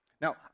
Now